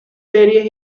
series